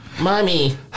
Mommy